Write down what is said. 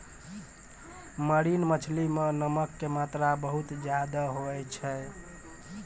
marine मछली मॅ नमक के मात्रा बहुत ज्यादे होय छै